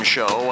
Show